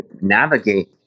navigate